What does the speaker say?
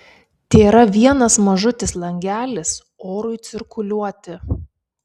tėra vienas mažutis langelis orui cirkuliuoti